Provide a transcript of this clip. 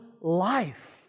life